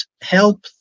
help